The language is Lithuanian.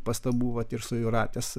pastabų vat ir su jūratės